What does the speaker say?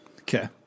Okay